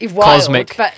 Cosmic